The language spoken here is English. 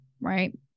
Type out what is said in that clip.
right